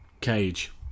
Cage